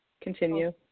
Continue